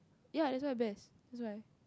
ya that's why best that's why